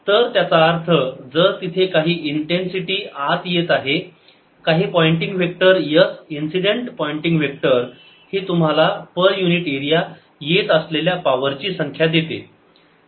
तर त्याचा अर्थ जर तिथे काही इन्टेन्सिटी आत येत आहे काही Poynting vector S incident Poynting vector हे तुम्हाला पर युनिट एरिया येत असलेल्या पावरची संख्या देते